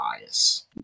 bias